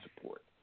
support